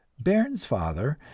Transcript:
bairnsfather,